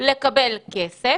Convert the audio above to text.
לקבל כסף.